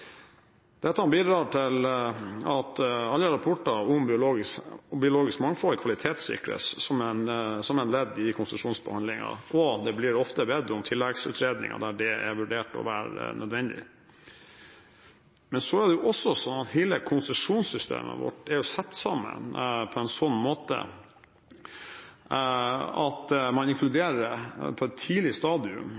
alle rapportene om biologisk mangfold kvalitetssikres som et ledd i konsesjonsbehandlingen, og det blir ofte bedt om tilleggsutredninger når det er vurdert å være nødvendig. Hele konsesjonssystemet vårt er satt sammen på en slik måte at